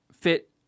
fit